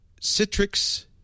Citrix